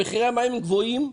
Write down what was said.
מחירי המים גבוהים,